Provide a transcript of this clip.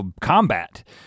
combat